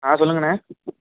ஆ சொல்லுங்க அண்ணே